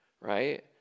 right